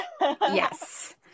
Yes